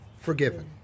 forgiven